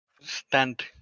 stand